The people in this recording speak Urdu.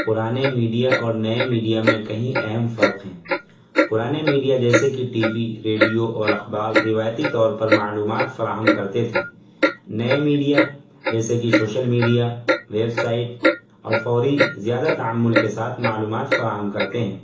پرانے میڈیا اور نئے میڈیا میں کئی اہم فرق ہیں پرانے میڈیا جیسے کہ ٹی وی ریڈیو اور اخبار روایتی طور پر معلومات فراہم کرتے تھے نئے میڈیا جیسے کہ سوشل میڈیا ویب سائٹ اور فوری زیادہ تعمل کے ساتھ معلومات فراہم کرتے ہیں